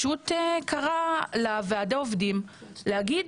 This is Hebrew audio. שקרא לוועדי העובדים להגיד,